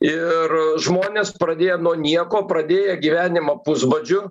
ir žmonės pradėję nuo nieko pradėję gyvenimą pusbadžiu